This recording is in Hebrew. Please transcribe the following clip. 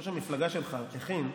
שראש המפלגה שלך הכין,